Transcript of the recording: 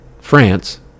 France